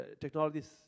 technologies